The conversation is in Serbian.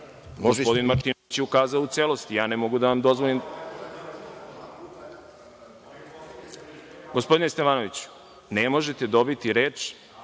Gospodin Martinović je ukazao u celosti. Ne mogu da vam dozvolim. Gospodine Stevanoviću, ne možete dobiti reč